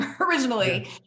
originally